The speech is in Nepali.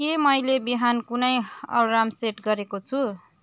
के मैले बिहान कुनै अलार्म सेट गरेको छु